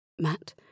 Matt